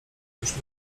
już